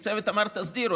כי הצוות אמר: תסדירו.